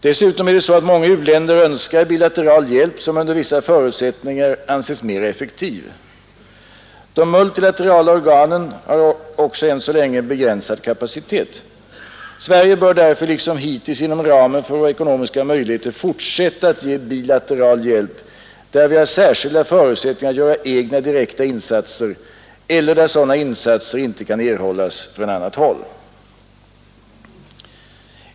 Dessutom önskar många u-länder bilateral hjälp, som under vissa förutsättningar anses mera effektiv. De multilaterala organen har också än så länge en begränsad kapacitet. Sverige bör därför liksom hittills inom ramen för sina ekonomiska möjligheter fortsätta att ge bilateral hjälp, där vi har särskilda förutsättningar att göra egna direkta insatser eller där sådana insatser inte kan erhållas från annat håll.